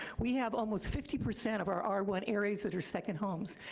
we have almost fifty percent of our our one areas that are second homes,